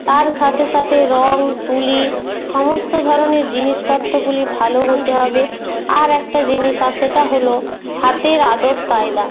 তার সাথে সাথে রং তুলি সমস্ত ধরনের জিনিসপত্রগুলি ভালো হতে হবে আর একটা জিনিস আর সেটা হল হাতের আদবকায়দা